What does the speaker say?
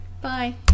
Bye